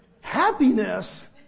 Happiness